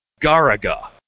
Garaga